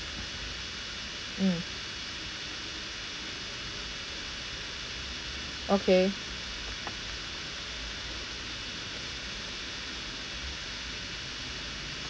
mm okay